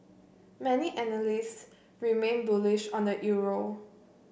many analysts remain bullish on the euro